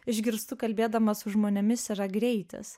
išgirstu kalbėdama su žmonėmis yra greitis